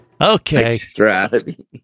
okay